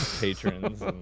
patrons